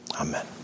Amen